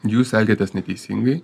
jūs elgiatės neteisingai